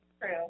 true